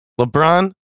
LeBron